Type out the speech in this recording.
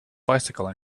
bicycle